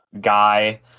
guy